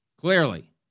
Clearly